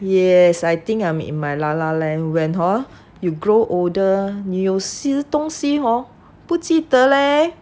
yes I think I'm in my lala land when hor you grow older 有些东西 hor 不记得 leh